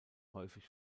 häufig